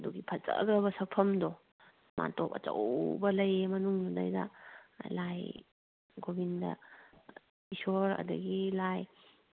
ꯑꯗꯨꯒꯤ ꯐꯖꯒ꯭ꯔꯕ ꯁꯛꯐꯝꯗꯣ ꯃꯥꯟꯇꯣꯞ ꯑꯆꯧꯕ ꯂꯩ ꯃꯅꯨꯡꯗꯨꯗꯩꯗ ꯂꯥꯏ ꯒꯣꯕꯤꯟꯗ ꯏꯁꯣꯔ ꯑꯗꯒꯤ ꯂꯥꯏ